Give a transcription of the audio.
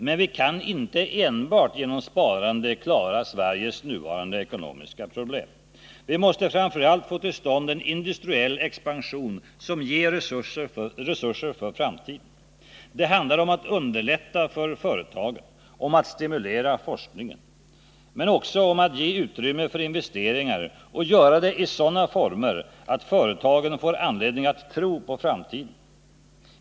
Men vi kan inte enbart genom sparande klara Sveriges nuvarande ekonomiska problem. Vi måste framför allt få till stånd en industriell expansion som ger resurser för framtiden. Det handlar om att underlätta för företagen, om att stimulera forskningen, men också om att ge utrymme för investeringar och göra det i sådana former att företagen får anledning att tro på framtiden.